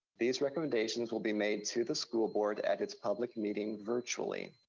these recommendations will be made to the school board at its public meeting virtually.